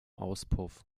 auspuff